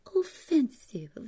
offensive